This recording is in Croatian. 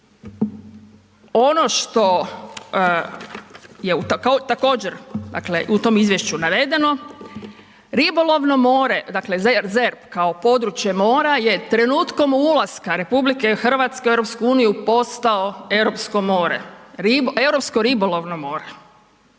ono što je također dakle u tom izvješću navedeno ribolovno more dakle, ZERP kao područje mora je trenutkom ulaska Republike Hrvatske u Europsku uniju postao europsko ribolovno more.